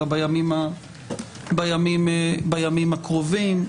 אלא בימים הקרובים.